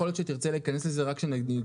יכול להיות שתרצה להיכנס לזה רק כשניגע